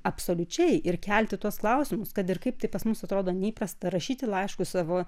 absoliučiai ir kelti tuos klausimus kad ir kaip tai pas mus atrodo neįprasta rašyti laiškus savo